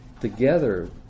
Together